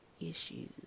Issues